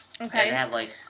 Okay